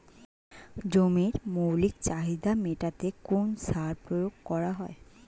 জমির মৌলিক চাহিদা মেটাতে কোন সার প্রয়োগ করা হয়?